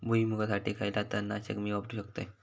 भुईमुगासाठी खयला तण नाशक मी वापरू शकतय?